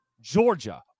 Georgia